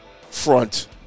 front